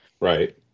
Right